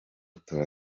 tora